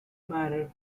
married